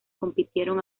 compitieron